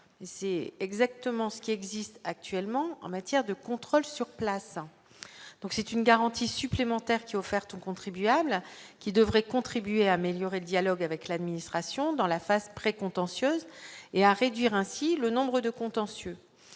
c'est exactement ce qui existe actuellement en matière de contrôle sur place, donc c'est une garantie supplémentaire qui offerte aux contribuables qui devrait contribuer à améliorer le dialogue avec l'administration dans la phase pré-contentieuse et à réduire ainsi le nombre de contentieux